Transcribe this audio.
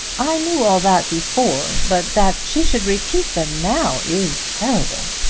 i knew all that before but that she should repeat them now is terrible.